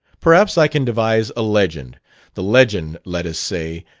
perhaps i can devise a legend the legend, let us say,